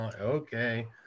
Okay